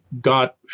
got